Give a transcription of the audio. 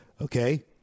Okay